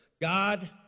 God